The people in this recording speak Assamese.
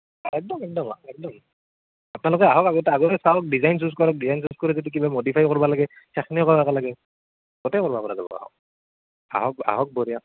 একদম একদম একদম আপোনালোকে আহক আগতে আগতে চাৱক ডিজাইন চুজ কৰক ডিজাইন চুজ কৰি যদি কিবা মডিফাই কৰিব লাগে সেইখিনিও কৰক একেলগে গোটেই কৰিব পাৰে আহক আহক বঢ়িয়া